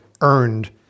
earned